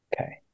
Okay